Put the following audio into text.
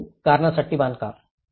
खालील कारणांसाठी बांधकाम